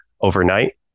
overnight